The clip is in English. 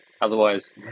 Otherwise